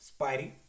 Spidey